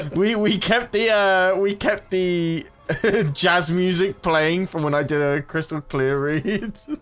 we we kept the ah we kept the jazz music playing from when i did a crystal clear ii